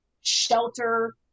shelter